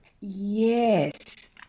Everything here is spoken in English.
Yes